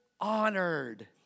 honored